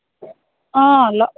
অ' লগ